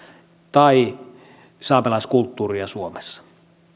tai saamelaiskulttuuria suomessa